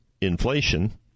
inflation